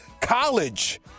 College